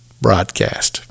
broadcast